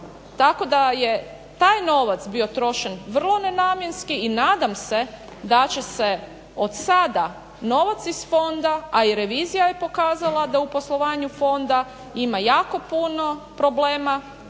Tako da je taj novac bio trošen vrlo nenamjenski i nadam se da će se od sada novac iz fonda, a i revizija je pokazala da u poslovanju fonda ima jako puno problema.